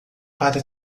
para